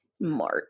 march